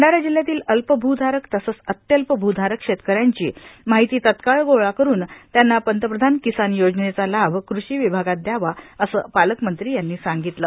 भंडारा जिल्हयातील अल्पभूधारक तसंच अत्यल्पभूधारक शेतकऱ्यांची माहिती तात्काळ गोळा करुन त्यांना पंतप्रधान किसान योजनेचा लाभ कृषी विभागानं दयावा असं पालकमंत्री यांनी सांगितलं